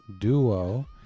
duo